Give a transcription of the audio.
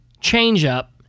change-up